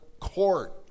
court